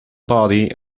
boy